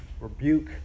rebuke